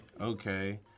okay